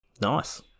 Nice